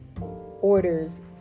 orders